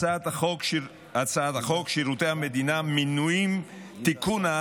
הצעת החוק שירותי המדינה (מינויים) (תיקון,